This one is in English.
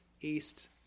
east